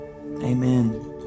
Amen